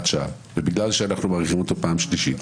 שעה ובגלל שאנחנו מאריכים אותה פעם שלישית,